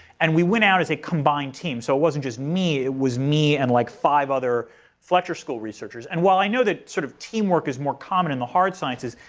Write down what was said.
and we went out as a combined team. so it wasn't just me, it was me and like five other fletcher school researchers. and while i know that sort of teamwork is more common in the hard sciences,